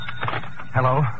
Hello